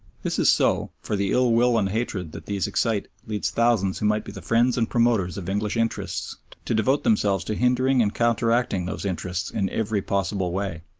this is so, for the ill-will and hatred that these excite leads thousands who might be the friends and promoters of english interests to devote themselves to hindering and counteracting those interests in every possible way.